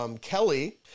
Kelly